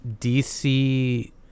dc